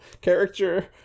character